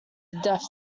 death